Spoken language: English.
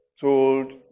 told